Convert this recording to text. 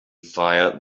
fire